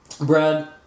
Brad